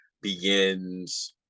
begins